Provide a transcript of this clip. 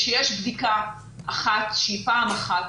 כאשר יש בדיקה אחת שהיא פעם אחת,